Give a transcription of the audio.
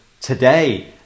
today